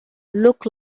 look